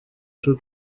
ari